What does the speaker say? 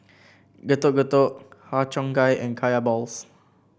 Getuk Getuk Har Cheong Gai and Kaya Balls